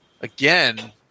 again